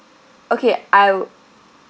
okay I